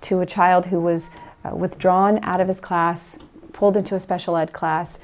to a child who was withdrawn out of his class pulled into a special ed class